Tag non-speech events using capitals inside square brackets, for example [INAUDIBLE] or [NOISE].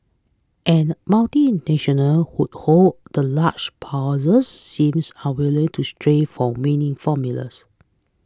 and multinational [UNINTELLIGIBLE] hold the large purses seems unwilling to stray for winning formulas